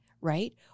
right